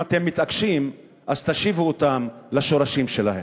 אם אתם מתעקשים, אז תשיבו אותם לשורשים שלהם.